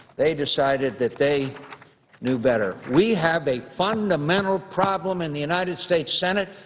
they decided that they knew better. we have a fundamental problem in the united states senate,